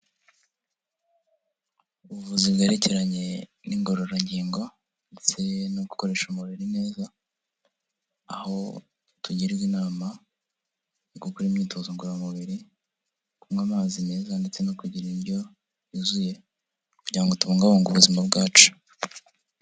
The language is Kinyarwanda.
Ubuvuzi bwerekeranye n'ingororangingo ndetse no gukoresha umubiri neza, aho tugirwa inama yo gukora imyitozo ngororamubiri, kunywa amazi meza ndetse no kugira indyo yuzuye kugira ngo tubungabunge ubuzima bwacu.